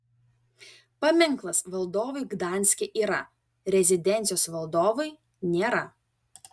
paminklas valdovui gdanske yra rezidencijos valdovui nėra